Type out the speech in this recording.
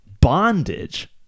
bondage